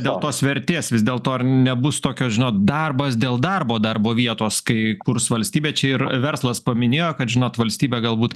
dėl tos vertės vis dėlto ar nebus tokios žinot darbas dėl darbo darbo vietos kai kurs valstybė čia ir verslas paminėjo kad žinot valstybė galbūt